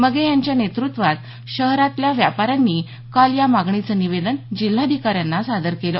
मगे यांच्या नेतृत्वात शहरातल्या व्यापाऱ्यांनी काल या मागणीचं निवेदन जिल्हाधिकाऱ्यांना सादर केलं